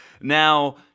Now